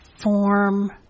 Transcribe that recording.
form